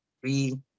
three